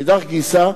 מאידך גיסא,